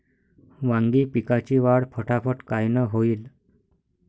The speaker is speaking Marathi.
वांगी पिकाची वाढ फटाफट कायनं होईल?